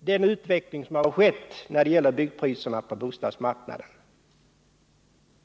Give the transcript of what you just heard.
den utveckling som ägt rum när det gäller byggpriserna på bostadsmarknaden gjorde mig litet chockad.